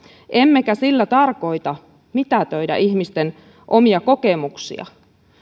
emmekä sillä tarkoita että mitätöidään ihmisten omia kokemuksia